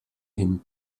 him